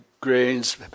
grains